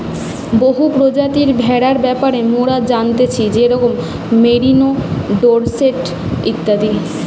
বহু প্রজাতির ভেড়ার ব্যাপারে মোরা জানতেছি যেরোম মেরিনো, ডোরসেট ইত্যাদি